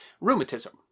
rheumatism